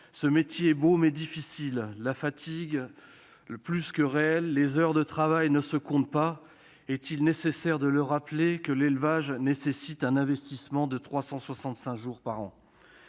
Ce métier est beau, mais difficile. La fatigue est plus que réelle et les heures de travail ne se comptent pas. Est-il nécessaire de rappeler que l'élevage nécessite un investissement de 365 jours par an ?